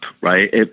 right